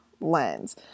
lens